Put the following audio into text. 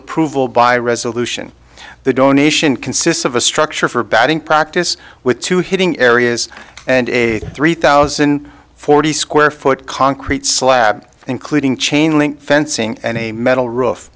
approval by resolution the donation consists of a structure for batting practice with two hitting areas and a three thousand forty square foot concrete slab including chain link fencing and a metal roof